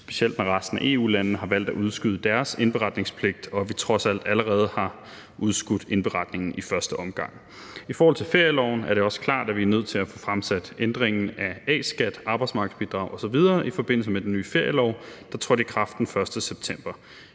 specielt da resten af EU-landene har valgt at udskyde deres indberetningspligt, og da vi trods alt allerede har udskudt indberetningen i første omgang. I forhold til ferieloven er det også klart, at vi er nødt til at få fremsat ændringen af A-skat, arbejdsmarkedsbidrag osv. i forbindelse med den nye ferielov, der trådte i kraft den 1. september.